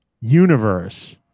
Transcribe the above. Universe